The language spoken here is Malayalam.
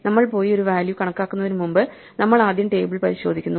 നമ്മൾ പോയി ഒരു വാല്യൂ കണക്കാക്കുന്നതിനുമുമ്പ് നമ്മൾ ആദ്യം ടേബിൾ പരിശോധിക്കുന്നു